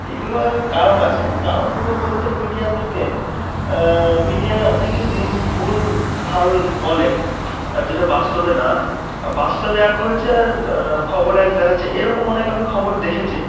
এগুলো এক কারণ আছে কারণগুলো বলতে মিডিয়ার লোকে মিডিয়ার অনেকে জিনিস ভুল ভাল বলে আর যেটা বাস্তবে না বাস্তবে এক হয়েছে আর খবর এক দেখাচ্ছে এরকম অনেক আমি খবর দেখেছি